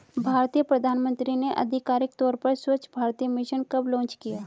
भारतीय प्रधानमंत्री ने आधिकारिक तौर पर स्वच्छ भारत मिशन कब लॉन्च किया?